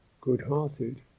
good-hearted